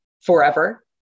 forever